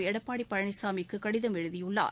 எடப்பாடி பழனிசாமிக்கு கடிதம் எழுதியுள்ளார்